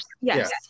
yes